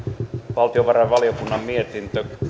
valtiovarainvaliokunnan mietintö